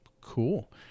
cool